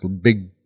big